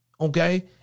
Okay